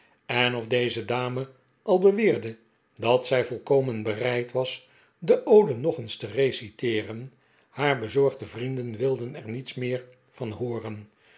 en of deze dame al beweerde dat zij volkomen bereid was de ode nog eens te reciteeren haar bezorgde vrienden wilden er niets meer van hooren